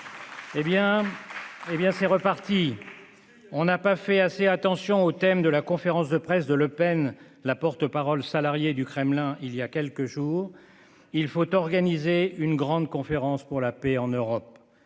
Eh bien, c'est reparti ! On n'a pas fait assez attention au thème de la conférence de presse de Le Pen, la porte-parole salariée du Kremlin, il y a quinze jours :« Il faut organiser une grande conférence pour la paix en Europe.